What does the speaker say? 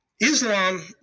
Islam